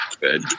good